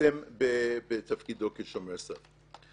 שמכרסמת בתפקידו כשומר סף.